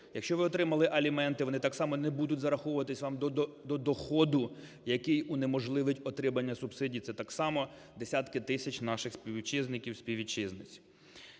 Якщо ви отримали аліменти, вони так само не будуть зараховуватись вам до доходу, який унеможливить отримання субсидій. Це так само десятки тисяч наших співвітчизників, співвітчизниць.